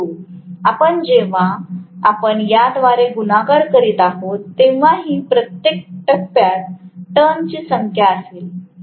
परंतु आपण जेव्हा आपण याद्वारे गुणाकार करीत आहोत तेव्हा ही प्रत्येक टप्प्यात टर्न ची संख्या असेल